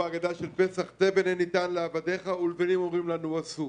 "תבן אין ניתן לעבדיך ולבנים אומרים לנו עשו".